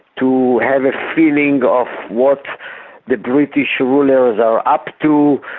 to have a feeling of what the british rulers are up to,